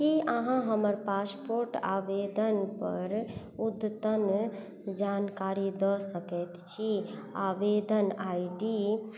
कि अहाँ हमर पासपोर्ट आवेदनपर अद्यतन जानकारी दऽ सकै छी आवेदन आइ डी